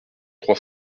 trois